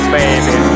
baby